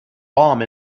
bomb